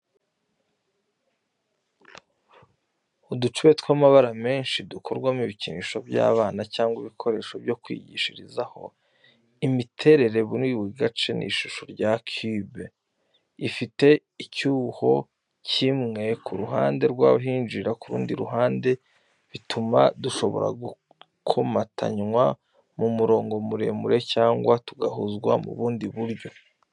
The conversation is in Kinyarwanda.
Uducube tw’amabara menshi dukorwamo ibikinisho by’abana cyangwa ibikoresho byo kwigishirizaho. Imiterere buri gace ni ishusho ya cube, ifite icyuho kimwe ku ruhande n’ahinjirira ku rundi ruhande, bituma dushobora gukomatanywa mu murongo muremure cyangwa tugahuzwa mu bundi buryo.